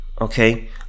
okay